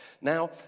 Now